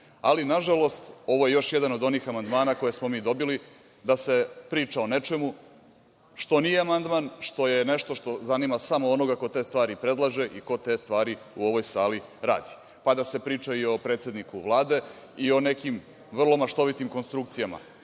ali nažalost ovo je još jedan od onih amandmana koje smo mi dobili da se priča o nečemu što nije amandman, što je nešto što zanima samo onoga ko te stvari predlaže i ko te stvari u ovoj sali radi, pa da se priča i o predsedniku Vlade i o nekim vrlo maštovitim konstrukcijama. Šteta